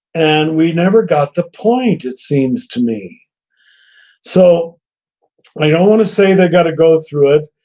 and we never got the point, it seems to me so i don't want to say they've got to go through it,